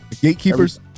gatekeepers